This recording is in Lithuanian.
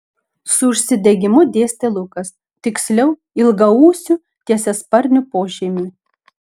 su užsidegimu dėstė lukas tiksliau ilgaūsių tiesiasparnių pošeimiui